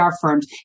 firms